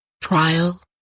Trial